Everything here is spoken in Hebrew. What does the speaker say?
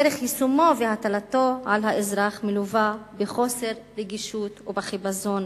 דרך יישומו והטלתו על האזרח מלווה בחוסר רגישות ובחיפזון.